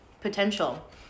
potential